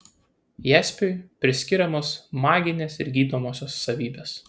jaspiui priskiriamos maginės ir gydomosios savybės